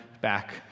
back